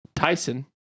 Tyson